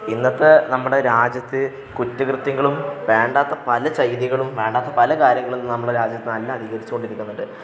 ഇന്നത്തെ നമ്മുടെ രാജ്യത്ത് കുറ്റകൃത്യങ്ങളും വേണ്ടാത്ത പല ചെയ്തികളും വേണ്ടാത്ത പല കാര്യങ്ങളും ഇന്ന് നമ്മുടെ രാജ്യത്ത് നല്ലവണ്ണം അധികരിച്ചുകൊണ്ടിരിക്കുന്നുണ്ട്